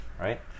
right